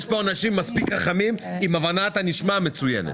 יש פה אנשים מספיק חכמים, עם הבנת הנשמע מצוינת.